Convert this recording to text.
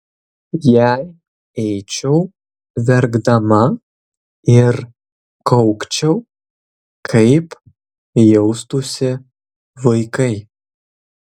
jei eičiau verkdama ir kaukčiau kaip jaustųsi vaikai